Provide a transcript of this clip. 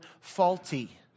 faulty